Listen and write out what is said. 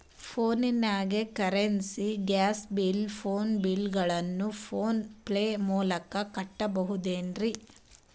ಫೋನಿಗೆ currency, gas bill, phone bill ಗಳನ್ನು PhonePe ಮೂಲಕ ಕಟ್ಟಬಹುದೇನ್ರಿ?